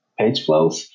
PageFlows